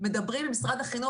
מדברים עם משרד החינוך.